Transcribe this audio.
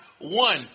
one